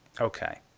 Okay